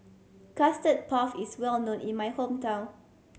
Custard Puff is well known in my hometown